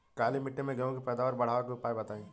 काली मिट्टी में गेहूँ के पैदावार बढ़ावे के उपाय बताई?